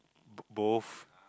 both